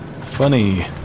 Funny